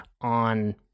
on